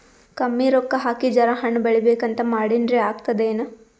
ಕಮ್ಮಿ ರೊಕ್ಕ ಹಾಕಿ ಜರಾ ಹಣ್ ಬೆಳಿಬೇಕಂತ ಮಾಡಿನ್ರಿ, ಆಗ್ತದೇನ?